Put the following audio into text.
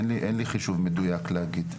אין לי חישוב מדוייק להגיד.